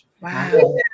wow